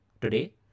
today